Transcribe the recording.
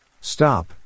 Stop